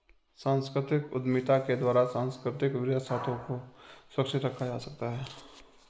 सांस्कृतिक उद्यमिता के द्वारा सांस्कृतिक विरासतों को सुरक्षित रखा जा सकता है